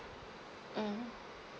mmhmm